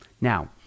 Now